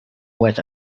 worth